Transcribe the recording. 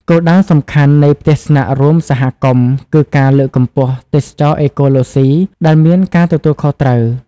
គោលដៅសំខាន់នៃផ្ទះស្នាក់រួមសហគមន៍គឺការលើកកម្ពស់ ទេសចរណ៍អេកូឡូស៊ី ដែលមានការទទួលខុសត្រូវ។